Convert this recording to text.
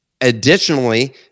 Additionally